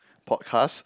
podcast